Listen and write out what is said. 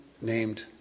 named